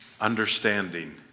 Understanding